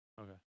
Okay